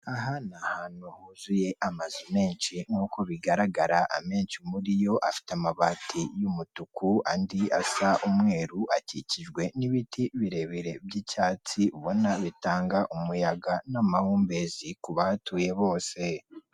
Aha ni ahantu huzuye amazu menshi nkuko bigaragara amenshi muri yo afite amabati y'umutuku andi asa umweru akikijwe n'ibiti birebire by'icyatsi ubona bitanga umuyaga n'amahumbezi ku batuye bose.